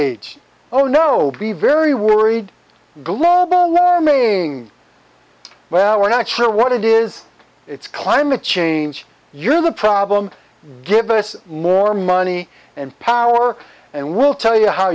age oh no be very worried global no meaning well we're not sure what it is it's climate change you're the problem give us more money and power and we'll tell you how